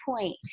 point